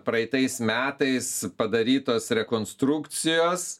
praeitais metais padarytos rekonstrukcijos